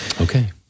Okay